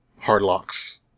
hardlocks